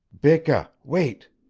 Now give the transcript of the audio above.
beka wait!